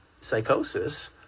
psychosis